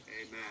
Amen